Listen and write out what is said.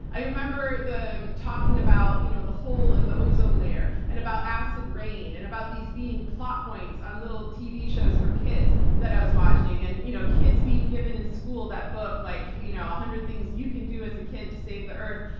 i remember them talking about you know the hole in the ozone layer and about acid rain and about these being plot points on little tv shows for kids that i was watching. and you know kids being given in school that book, like you know a hundred things you can do as a kid to save the earth.